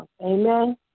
Amen